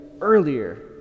earlier